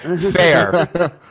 Fair